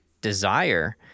desire